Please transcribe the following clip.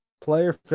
player